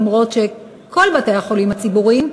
אף שכל בתי-החולים הציבוריים,